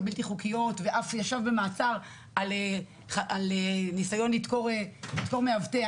בלתי חוקיות ואף ישב במעצר על ניסיון לדקור מאבטח.